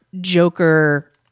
Joker